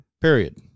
period